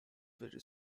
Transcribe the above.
were